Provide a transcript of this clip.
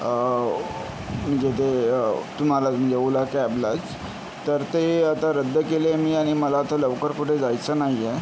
म्हणजे ते तुम्हाला म्हणजे ओला कॅबलाच तर ते आता रद्द केली आहे मी आणि मला आता लवकर कुठे जायचं नाही आहे